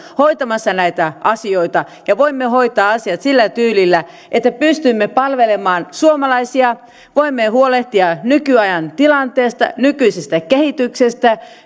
hoitamassa näitä asioita ja voimme hoitaa asiat sillä tyylillä että pystymme palvelemaan suomalaisia voimme huolehtia nykyajan tilanteesta nykyisestä kehityksestä